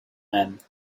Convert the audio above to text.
and